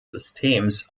systems